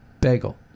bagel